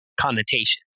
connotations